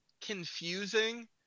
confusing